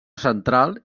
central